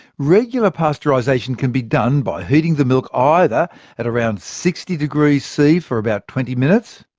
regular pasteurisation can be done by heating the milk either at around sixty degrees c for about twenty minutes,